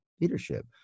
leadership